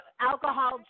Alcohol